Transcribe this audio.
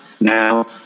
Now